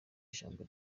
ijambo